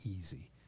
easy